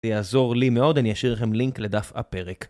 זה יעזור לי מאוד, אני אשאיר לכם לינק לדף הפרק.